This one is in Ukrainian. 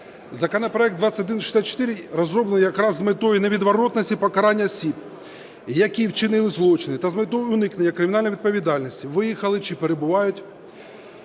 Законопроект 2164 розроблений якраз з метою невідворотності покарання осіб, які вчинили злочини та з метою уникнення кримінальної відповідальності виїхали чи перебувають